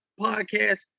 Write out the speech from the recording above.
podcast